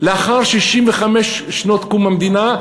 לאחר 65 שנות קום המדינה,